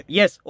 yes